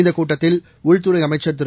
இந்த கூட்டத்தில் உள்துறை அமைச்ச் திரு